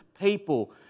people